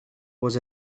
was